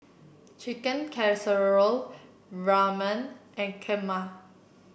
Chicken Casserole Ramen and Kheema